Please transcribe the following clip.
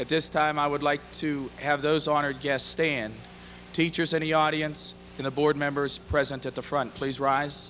at this time i would like to have those honored guest stand teachers any audience in the board members present at the front please rise